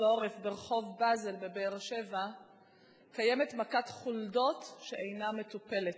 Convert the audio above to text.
העורף ברחוב באזל בבאר-שבע קיימת מכת חולדות שאינה מטופלת.